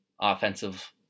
offensive